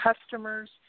customers